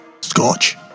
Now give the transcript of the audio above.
Scotch